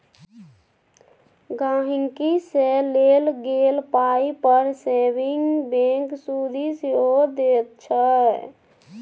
गांहिकी सँ लेल गेल पाइ पर सेबिंग बैंक सुदि सेहो दैत छै